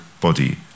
body